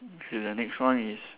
okay the next one is